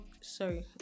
sorry